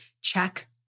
check